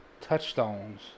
touchstones